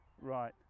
Right